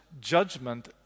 judgment